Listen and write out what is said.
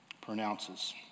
pronounces